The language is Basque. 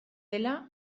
dela